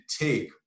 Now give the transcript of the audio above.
take